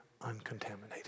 uncontaminated